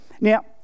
now